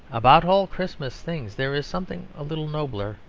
about all christmas things there is something a little nobler,